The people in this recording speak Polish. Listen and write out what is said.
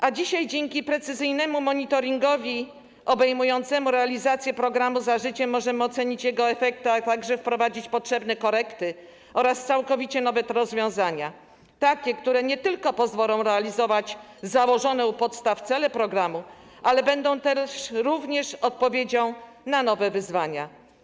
A dzisiaj dzięki precyzyjnemu monitoringowi obejmującemu realizację programu „Za życiem” możemy ocenić jego efekty, ale także wprowadzić potrzebne korekty oraz całkowicie nowe rozwiązania, które nie tylko pozwolą realizować założone u podstaw cele programu, ale też będą odpowiedzią na nowe wyzwania.